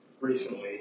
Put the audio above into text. recently